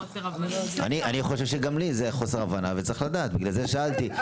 אני חושב שגם לי היה חוסר הבנה ולכן שאלתי.